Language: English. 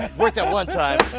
worked that one time.